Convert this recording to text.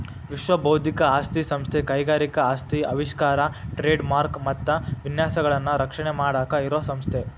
ವಿಶ್ವ ಬೌದ್ಧಿಕ ಆಸ್ತಿ ಸಂಸ್ಥೆ ಕೈಗಾರಿಕಾ ಆಸ್ತಿ ಆವಿಷ್ಕಾರ ಟ್ರೇಡ್ ಮಾರ್ಕ ಮತ್ತ ವಿನ್ಯಾಸಗಳನ್ನ ರಕ್ಷಣೆ ಮಾಡಾಕ ಇರೋ ಸಂಸ್ಥೆ